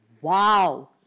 Wow